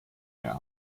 mir